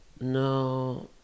no